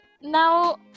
now